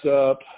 up